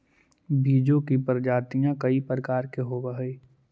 बीजों की प्रजातियां कई प्रकार के होवअ हई